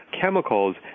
chemicals